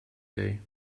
day